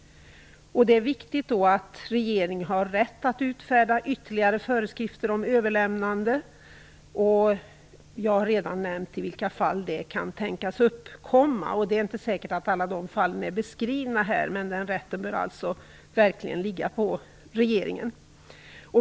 Det är viktigt att regeringen har rätt att utfärda ytterligare föreskrifter om överlämnande. Jag har redan nämnt i vilka fall det kan tänkas uppkomma. Det är inte säkert att alla de fallen är beskrivna här, men den rätten bör verkligen ligga på regeringen.